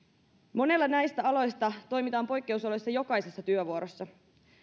monella näistä aloista toimitaan poikkeusoloissa jokaisessa työvuorossa